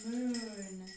Moon